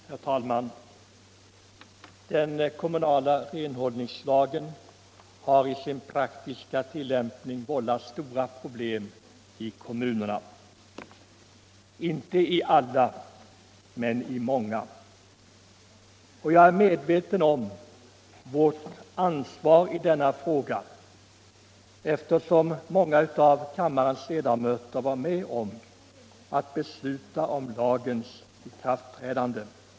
Herr talman! Den kommunala renhållningslagen har i sin praktiska tillämpning vållat stora problem i kommunerna — inte i alla men i många. Jag är medveten om vårt ansvar i denna fråga; många av kammarens ledamöter var med om att bestuta om lagens införande.